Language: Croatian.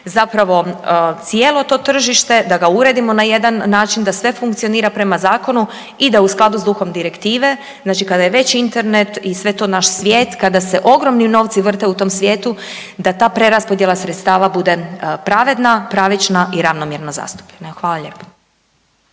zapravo cijelo to tržište da ga uredimo na jedan način da sve funkcionira prema Zakonu i da u skladu s duhom direktive, znači kada je već internet i sve to naš svijet, kada se ogromni novci vrte u tom svijetu, da ta preraspodjela sredstava bude pravedna, pravična i ravnomjerno zastupljena. Evo, hvala lijepo.